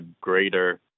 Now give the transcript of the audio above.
greater